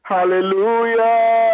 Hallelujah